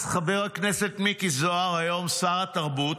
אז חבר הכנסת מיקי זוהר, היום שר התרבות,